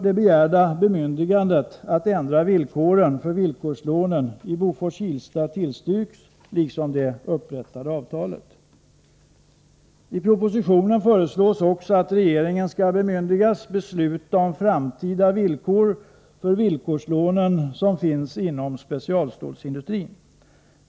Det begärda bemyndigandet att ändra villkoren för villkorslån i Bofors-Kilsta tillstyrks liksom det upprättade avtalet. I propositionen föreslås också att regeringen skall bemyndigas att besluta om framtida villkor för de villkorslån som finns inom specialstålsindustrin.